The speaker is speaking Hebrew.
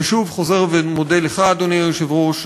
ושוב חוזר ומודה לך, אדוני היושב-ראש.